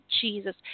Jesus